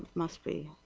must be?